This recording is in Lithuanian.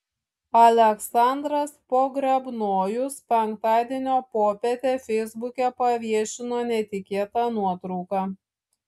aleksandras pogrebnojus penktadienio popietę feisbuke paviešino netikėtą nuotrauką